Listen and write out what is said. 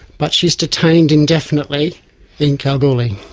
but she is detained indefinitely in kalgoorlie.